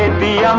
and be um